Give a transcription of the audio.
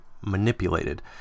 manipulated